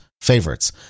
Favorites